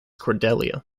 cordelia